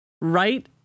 right